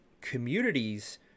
communities